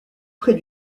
près